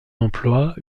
emploi